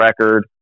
record